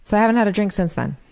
so i haven't had a drink since then.